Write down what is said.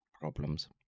problems